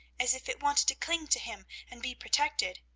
as if it wanted to cling to him and be protected.